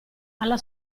alla